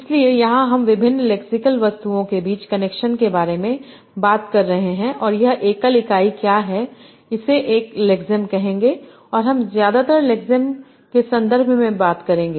इसलिए यहां हम विभिन्न लेक्सिकल वस्तुओं के बीच कनेक्शन के बारे में बात कर रहे हैं और यह एकल इकाई क्या है इसे एक लेक्सेम कहेंगे और हम ज्यादातर लेक्सम के संदर्भ में बात करेंगे